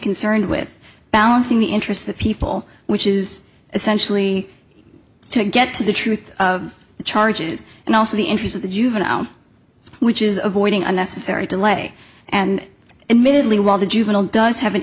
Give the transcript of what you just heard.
concerned with balancing the interests the people which is essentially to get to the truth of the charges and also the interest of the juvenile which is avoiding unnecessary delay and admittedly while the juvenile does have an